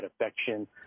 affection